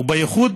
ובייחוד